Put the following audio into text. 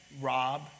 rob